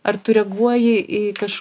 ar tu reaguoji į kaž